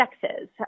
sexes